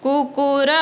କୁକୁର